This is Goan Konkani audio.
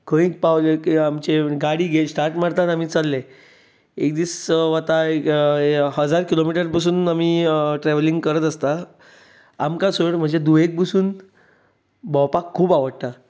खंय पावले की आमचे गाडी स्टार्ट मारता आमी चल्ले एक दीस हजार किलोमिटर पसून आमी ट्रॅवलिंग करत आसतात आमकां सोड म्हजे धुवेक पसून भोंवपाक खूब आवडटा